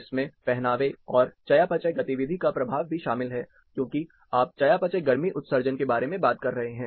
इसमें पहनावे और चयापचय गतिविधि का प्रभाव भी शामिल है क्योंकि आप चयापचय गर्मी उत्सर्जन के बारे में बात कर रहे हैं